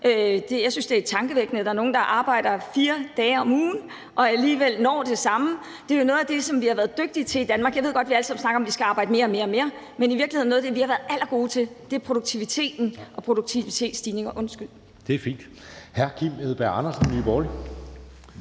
Jeg synes, det er tankevækkende, at der er nogle, der arbejder 4 dage om ugen og alligevel når det samme. Det er jo noget af det, vi har været dygtige til i Danmark. Jeg ved godt, at vi alle sammen snakker om, at vi skal arbejde mere, mere og mere, men i virkeligheden er noget af det, vi har været allerbedst til, produktiviteten og produktivitetsstigninger. Kl.